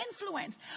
influence